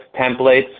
templates